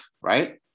right